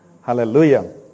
Hallelujah